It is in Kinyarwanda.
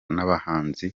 n’abahanzi